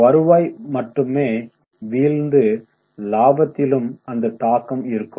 வருவாய் மட்டுமே வீழ்ந்து லாபத்திலும் அந்த தாக்கம் இருக்கும்